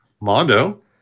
Mondo